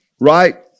right